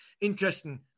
interesting